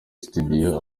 studio